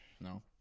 No